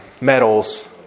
medals